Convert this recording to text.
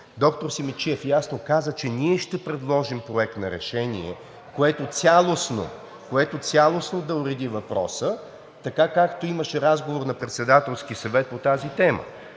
доктор Симидчиев ясно каза, че ние ще предложим Проект на решение, което цялостно да уреди въпроса, така както имаше разговор на Председателския съвет по тази тема.